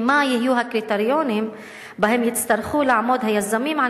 מה יהיו הקריטריונים שבהם יצטרכו לעמוד היזמים על